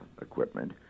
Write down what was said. equipment